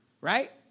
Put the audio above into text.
Right